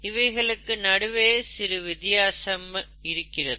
இவைகளுக்கு நடுவே சில வித்தியாசம் இருக்கிறது